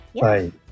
right